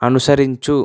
అనుసరించు